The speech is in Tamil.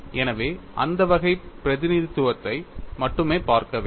எனவே அந்த வகை பிரதிநிதித்துவத்தை மட்டுமே பார்க்க வேண்டும்